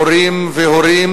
מורים והורים,